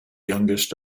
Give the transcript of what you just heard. youngest